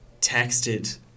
texted